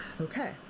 Okay